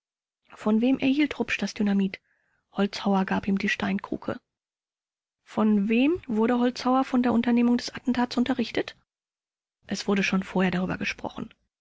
von wem erhielt rupsch das dynamit k holzhauer gab ihm die steinkruke vors von wem wurde holzhauer von der unternehmung des attentats unterrichtet k es wurde schon vorher darüber gesprochen